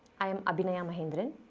i am abinaya mahendiran.